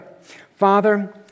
Father